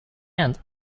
end